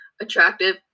attractive